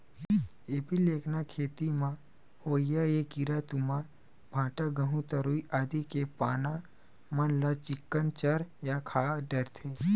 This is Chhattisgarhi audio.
एपीलेकना खेत म होवइया ऐ कीरा तुमा, भांटा, गहूँ, तरोई आदि के पाना मन ल चिक्कन चर या खा डरथे